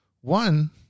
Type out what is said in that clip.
one